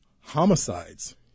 Homicides